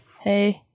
hey